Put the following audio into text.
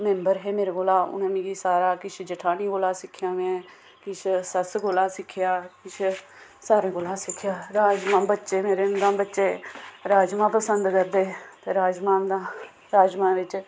member हे मेरे कोला उ'नें मि सारा किश जठानी कोला सिखेआ में किश सस्स कोला सिक्खेआ फिर सारे कोला सिक्खेआ राजमां बच्चे मेरे राजमां पसंद करदे राजमां बिच